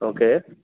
okay